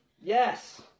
Yes